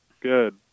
Good